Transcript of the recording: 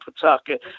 Pawtucket